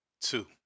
two